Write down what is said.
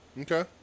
Okay